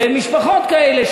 במשפחות כאלה,